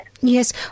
Yes